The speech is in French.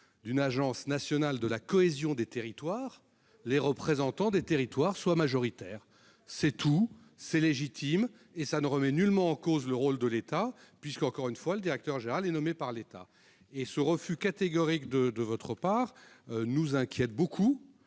d'une agence nationale de la cohésion des territoires, les représentants des territoires soient majoritaires au conseil d'administration. C'est tout ! Cela ne remet nullement en cause le rôle de l'État, puisque, je le répète, le directeur général sera nommé par l'État. Ce refus catégorique de votre part nous inquiète beaucoup.